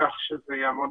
כך שזה יעמוד